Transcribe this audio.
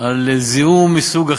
על זיהום מסוג אחר,